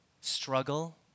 struggle